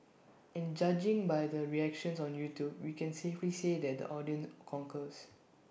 and judging by the reactions on YouTube we can safely say that the audience concurs